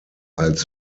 als